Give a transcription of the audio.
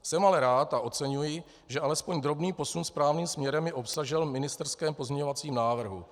Jsem ale rád a oceňuji, že alespoň drobný posun správným směrem je obsažen v ministerském pozměňovacím návrhu.